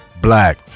Black